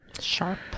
sharp